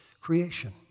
creation